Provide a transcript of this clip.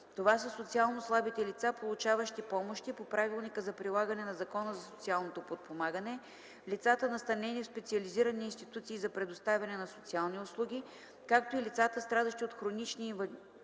Това са социално слабите лица, получаващи помощи по Правилника за прилагане на Закона за социалното подпомагане, лицата, настанени в специализирани институции за предоставяне на социални услуги, както и лицата, страдащи от хронични инвалидизиращи